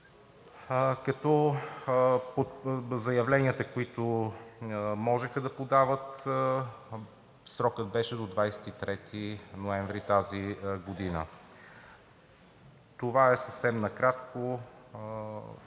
за заявленията, които можеха да подават, беше до 23 ноември тази година. Съвсем накратко